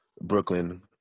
Brooklyn